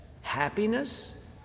happiness